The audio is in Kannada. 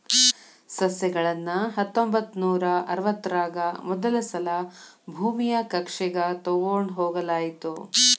ಸಸ್ಯಗಳನ್ನ ಹತ್ತೊಂಬತ್ತನೂರಾ ಅರವತ್ತರಾಗ ಮೊದಲಸಲಾ ಭೂಮಿಯ ಕಕ್ಷೆಗ ತೊಗೊಂಡ್ ಹೋಗಲಾಯಿತು